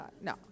No